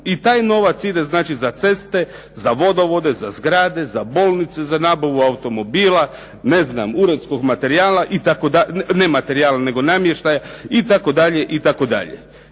I taj novac ide znači za ceste, za vodovode, za zgrade, za bolnice, za nabavu automobila, ne znam, uredskog materijala itd., ne materijala, nego namještaja, itd.,